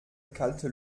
kalte